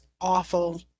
awful